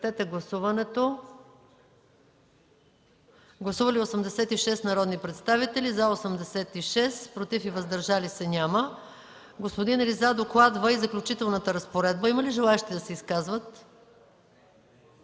Гласували 86 народни представители: за 86, против и въздържали се няма. Господин Риза докладва и Заключителната разпоредба. Има ли желаещи да се изкажат?